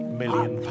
million